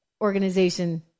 organization